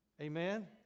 Amen